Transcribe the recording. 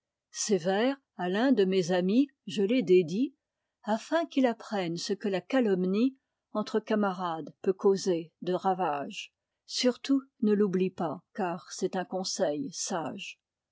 ces vers à l'un de mes amis je les dédie afin qu'il apprenne ce que la calomnie entre camarades peut causer de ravages surtout ne l'oublie pas car c'est un conseil sage